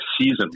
season